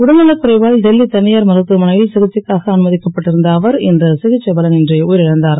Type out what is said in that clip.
உடல்நலக் குறைவால் டெல்லி த யார் மருத்துவமனை ல் சிகிச்சைக்காக அனும க்கப்பட்டிருந்த அவர் இன்று சிகிச்சை பல ன்றி உ ர் இழந்தார்